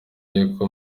y’uko